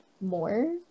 more